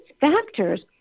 factors